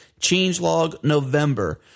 CHANGELOGNOVEMBER